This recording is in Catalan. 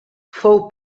fou